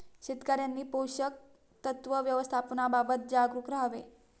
शेतकऱ्यांनी पोषक तत्व व्यवस्थापनाबाबत जागरूक राहावे